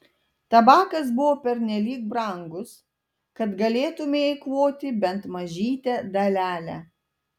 tabakas buvo pernelyg brangus kad galėtumei eikvoti bent mažytę dalelę